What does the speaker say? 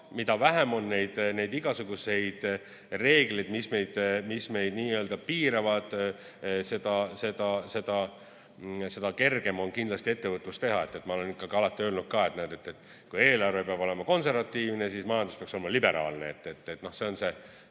mida vähem on igasuguseid reegleid, mis meid piiravad, seda kergem on kindlasti ettevõtlusega tegelda. Ma olen alati öelnud ka, et kui eelarve peab olema konservatiivne, siis majandus peaks olema liberaalne. See on